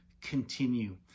continue